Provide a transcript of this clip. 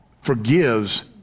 forgives